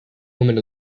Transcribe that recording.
woman